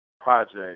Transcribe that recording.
project